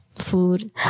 food